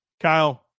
Kyle